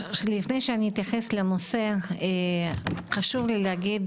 לפני שאני אתייחס לנושא חשוב לי להגיד